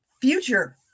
future